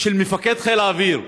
של מפקד חיל האוויר,